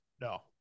No